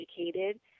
educated